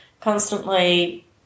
constantly